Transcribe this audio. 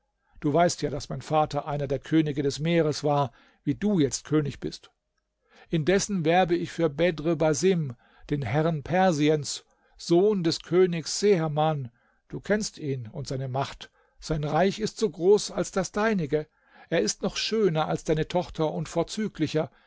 du weißt ja daß mein vater einer der könige des meeres war wie du jetzt könig bist indessen ich werbe für bedr basim den herrn persiens sohn des königs seherman du kennst ihn und seine macht sein reich ist so groß als das deinige er ist noch schöner als deine tochter und vorzüglicher